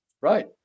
Right